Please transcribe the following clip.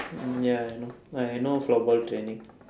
ya I know I know floorball training